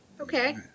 okay